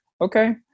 Okay